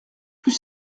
plus